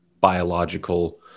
biological